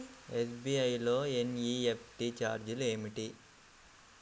SBI లో NEFT ఛార్జీలు ఏమిటి?